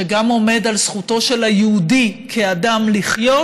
שגם עומד על זכותו של היהודי כאדם לחיות